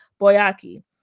Boyaki